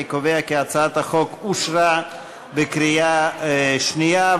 אני קובע כי הצעת החוק אושרה בקריאה שנייה.